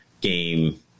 game